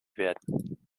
werden